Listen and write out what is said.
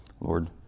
Lord